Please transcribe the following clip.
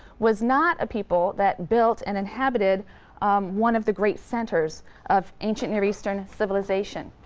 was not a people that built and inhabited one of the great centers of ancient near eastern civilization.